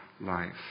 life